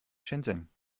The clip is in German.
shenzhen